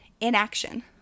inaction